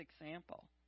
example